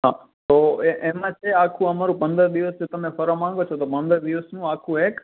હા તો એ એમાં છે આખું અમારું પંદર દિવસ જે તમે ફરવા માગો છો તો પંદર દિવસનું આખું એક